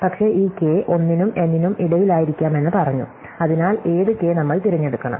പക്ഷേ ഈ k 1 നും n നും ഇടയിലായിരിക്കാമെന്ന് പറഞ്ഞു അതിനാൽ ഏത് k നമ്മൾ തിരഞ്ഞെടുക്കണം